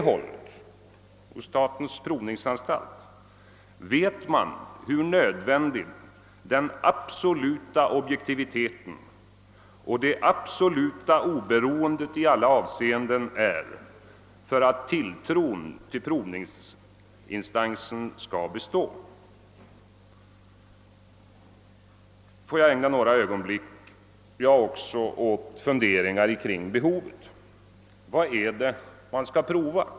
Hos statens provningsanstalt vet man hur nödvändig den absoluta objektiviteten och det absoluta oberoendet i alla avseenden är för att tilltron till provningsinstansen skall bestå. Får också jag ägna några ögonblick åt funderingar kring behovet? Vad är det man skall prova?